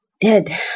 dead